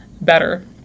better